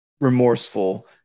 remorseful